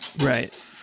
right